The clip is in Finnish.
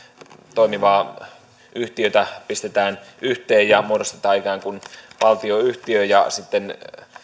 toimivaa yhtiötä pistetään yhteen ja muodostetaan ikään kuin valtionyhtiö ja sitten